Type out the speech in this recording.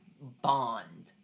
bond